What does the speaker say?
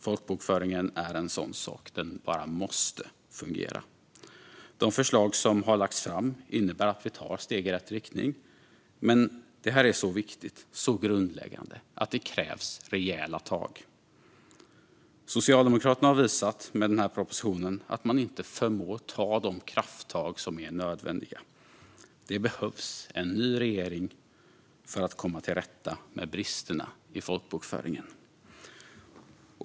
Folkbokföringen är en sådan sak; den bara måste fungera. De förslag som har lagts fram innebär att vi tar steg i rätt riktning, men det här är så viktigt och grundläggande att det krävs rejäla tag. Socialdemokraterna har med den här propositionen visat att man inte förmår att ta de krafttag som är nödvändiga. Det behövs en ny regering för att komma till rätta med bristerna i folkbokföringen.